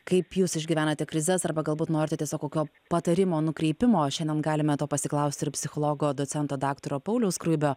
kaip jūs išgyvenate krizes arba galbūt norite tiesiog kokio patarimo nukreipimo šiandien galime to pasiklaust ir psichologo docento daktaro pauliaus skruibio